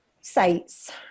sites